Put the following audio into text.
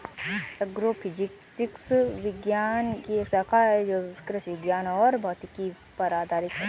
agrophysics विज्ञान की एक शाखा है जो कृषि विज्ञान और भौतिकी पर आधारित है